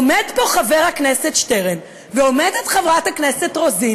עומד פה חבר הכנסת שטרן ועומדת חברת הכנסת רוזין